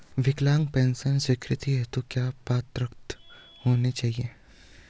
विकलांग पेंशन स्वीकृति हेतु क्या पात्रता होनी चाहिये?